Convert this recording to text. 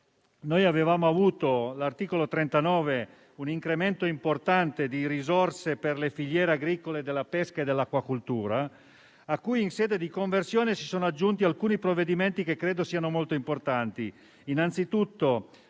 avevamo avuto nell'articolo 39 un incremento rilevante di risorse per le filiere agricole della pesca e dell'acquacoltura, a cui in sede di conversione si sono aggiunti alcuni provvedimenti che credo siano molto importanti: